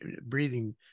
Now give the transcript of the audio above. breathing